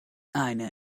eine